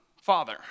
Father